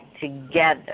together